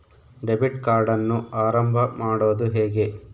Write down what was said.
Debit ಕಾರ್ಡನ್ನು ಆರಂಭ ಮಾಡೋದು ಹೇಗೆ?